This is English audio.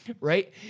Right